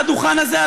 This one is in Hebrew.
על הדוכן הזה,